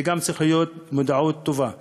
גם לזה צריכה להיות מודעות טובה.